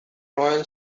royal